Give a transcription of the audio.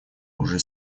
уже